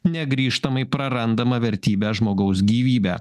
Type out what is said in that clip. negrįžtamai prarandama vertybę žmogaus gyvybę